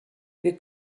wir